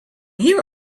here